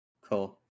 Cool